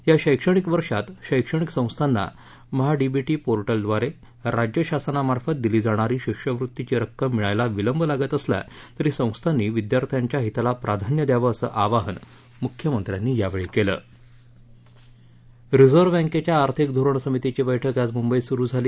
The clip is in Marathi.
या शैक्षणिक वर्षांत शैक्षणिक सख्खाच्च महाडीबी पोरिद्वारे राज्य शासनामार्फत दिली जाणारी शिष्यवृत्तीची रक्कम मिळायला विल्ह्यलागत असला तरी सख्यात्ती विद्यार्थ्यांच्या हिताला प्राधान्य द्याव असेआवाहन मुख्यमच्चार्ती यावेळी केल रिझर्व्ह बँकेच्या आर्थिक धोरण समितीची बैठक आज मुद्धित सुरु झाली